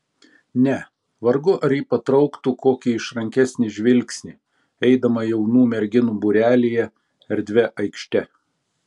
ne vargu ar ji patrauktų kokį išrankesnį žvilgsnį eidama jaunų merginų būrelyje erdvia aikšte